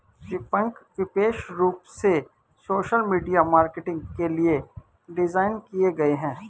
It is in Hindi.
विपणक विशेष रूप से सोशल मीडिया मार्केटिंग के लिए डिज़ाइन किए गए है